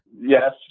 Yes